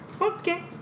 okay